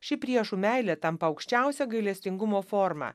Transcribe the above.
ši priešų meilė tampa aukščiausio gailestingumo forma